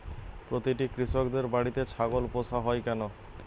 প্রতিটি কৃষকদের বাড়িতে ছাগল পোষা হয় কেন?